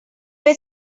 were